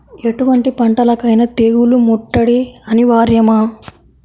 ఎటువంటి పంటలకైన తెగులు ముట్టడి అనివార్యమా?